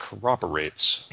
corroborates